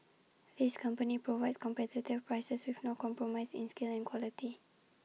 this company provides competitive prices with no compromise in skill and quality